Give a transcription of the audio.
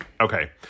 okay